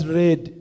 read